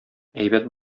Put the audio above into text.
әйбәт